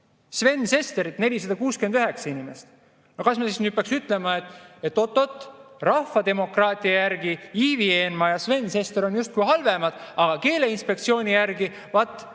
Sven Sesterit 469 inimest. No kas me siis nüüd peaks ütlema, et oot-oot, rahvademokraatia järgi Ivi Eenmaa ja Sven Sester on justkui halvemad, aga Keeleinspektsiooni arvates